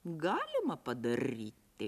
galima padaryti